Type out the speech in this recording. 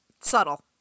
subtle